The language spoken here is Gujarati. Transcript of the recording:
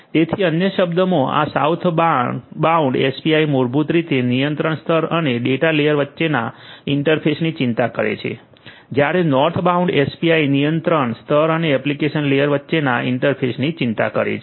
તેથી અન્ય શબ્દોમાં આ સાઉથબાઉન્ડ એપીઆઈ મૂળભૂત રીતે નિયંત્રણ સ્તર અને ડેટા લેયર વચ્ચેના ઇન્ટરફેસની ચિંતા કરે છે જ્યારે નોર્થબાઉન્ડ એપીઆઇ નિયંત્રણ સ્તર અને એપ્લિકેશન લેયર વચ્ચેના ઇન્ટરફેસની ચિંતા કરે છે